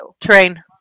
Train